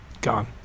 gone